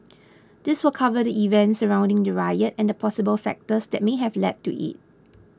this will cover the events surrounding the riot and the possible factors that may have led to it